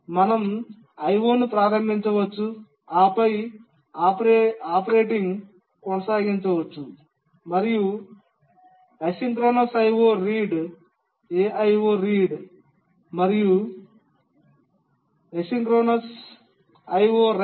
మేము IO ను ప్రారంభించవచ్చు ఆపై ఆపరేటింగ్ కొనసాగించవచ్చు మరియు అసమకాలిక IO రీడ్ మరియు అసమకాలిక IO రైట్